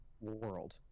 World